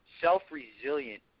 self-resilient